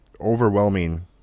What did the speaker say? overwhelming